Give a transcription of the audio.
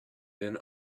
been